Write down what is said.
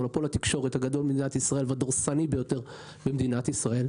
מונופול התקשורת הגדול והדורסני ביותר במדינת ישראל,